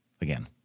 again